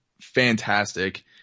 fantastic